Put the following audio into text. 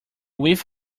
whiff